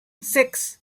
six